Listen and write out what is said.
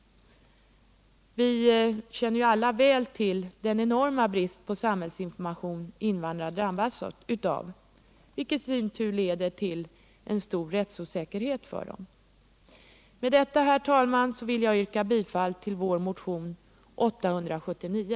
Vi känner alla väl till den enorma brist på samhällsinformation som invandrarna drabbas av, något som i sin tur leder till stor rättsosäkerhet för dem. Med detta, herr talman, vill jag yrka bifall till vår motion nr 879.